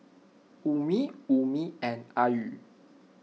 Ummi Ummi and Ayu